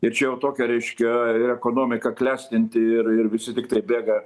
ir čia jau tokia reiškia ekonomika klestinti ir ir visi tiktai bėga